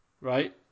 right